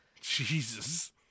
Jesus